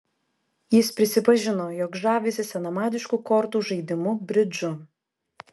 jis prisipažino jog žavisi senamadišku kortų žaidimu bridžu